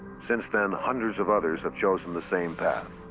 since then, hundreds of others have chosen the same path.